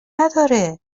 نداره